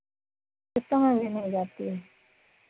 किस्तों में भी मिल जाती है